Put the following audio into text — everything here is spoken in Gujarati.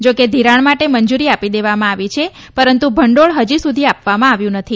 જો કે ધિરાણ માટે મજૂરી આપી દેવામાં આવી છે પરંતુ ભંડોળ હજુ સુધી આપવામાં આવ્યું નથી